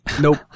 Nope